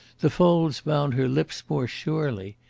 the folds bound her lips more surely.